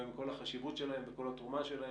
גם עם כל החשיבות שלהם וכל התרומה שלהם,